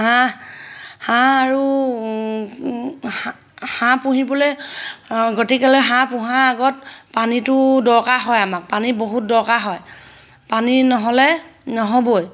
হাঁহ হাঁহ আৰু হাঁ হাঁহ পুহিবলৈ গতিকেলৈ হাঁহ পোহাৰ আগত পানীটো দৰকাৰ হয় আমাক পানী বহুত দৰকাৰ হয় পানী নহ'লে নহ'বই